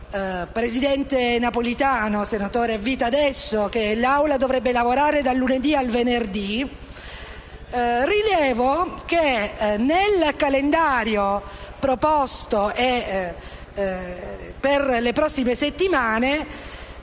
Presidente Napolitano, ora senatore a vita, secondo cui l'Assemblea dovrebbe lavorare dal lunedì al venerdì, rilevo che nel calendario approvato per le prossime settimane,